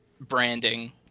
branding